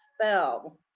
Spell